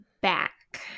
back